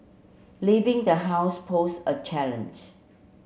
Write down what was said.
leaving the house pose a challenge